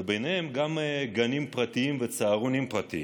ובהן גם גנים פרטיים וצהרונים פרטיים.